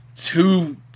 two